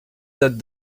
that